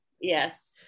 yes